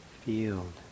field